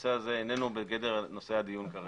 שהנושא הזה אינו בגדר נושא הדיון כרגע,